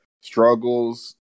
struggles